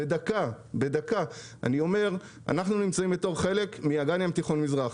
אנחנו נמצאים בתור חלק מאגן הים התיכון המזרחי,